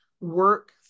work